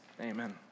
Amen